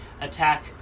attack